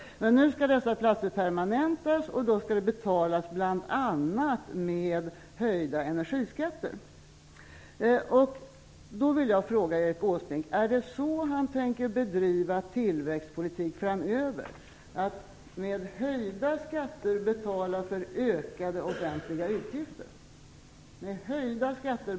Nu skall dessa platser permanentas, något som bl.a. skall betalas med höjda energiskatter.